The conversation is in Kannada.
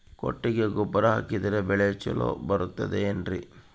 ಕೊಟ್ಟಿಗೆ ಗೊಬ್ಬರ ಹಾಕಿದರೆ ಬೆಳೆ ಚೊಲೊ ಬರುತ್ತದೆ ಏನ್ರಿ?